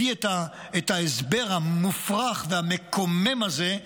את ההסבר המופרך והמקומם הזה,